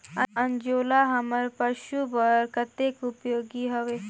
अंजोला हमर पशु बर कतेक उपयोगी हवे?